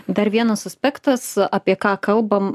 dar vienas aspektas apie ką kalbam